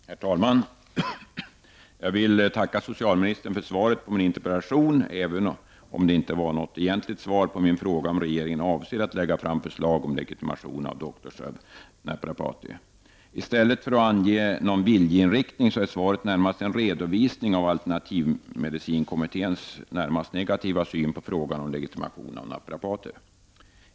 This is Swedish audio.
Herr talman! Jag vill tacka socialministern för svaret på min interpellation, även om det inte var något egentligt svar på min fråga om huruvida regeringen avser att lägga fram förslag om legitimation av Doctors of Naprapathy. I stället för att ange en viljeinriktning är svaret närmast en redovisning av alternativmedicinkommitténs närmast negativa syn på frågan om legitimation av naprapater.